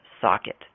socket